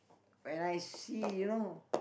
when I see you know